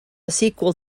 sequel